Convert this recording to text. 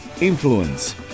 influence